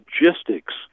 logistics